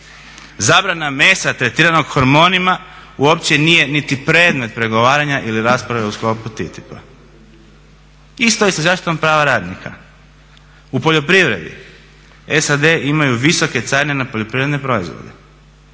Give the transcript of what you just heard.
Zabrana mesa tretiranog hormonima uopće nije niti predmet pregovaranja ili rasprave u sklopu TTIP-a. Isto je sa zaštitom prava radnika. U poljoprivredi SAD imaju visoke carine na poljoprivredne proizvode